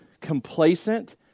complacent